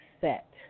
set